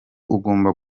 ugomba